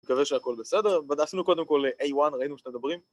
מקווה שהכל בסדר, עשינו קודם כל A1 ראינו שאתם מדברים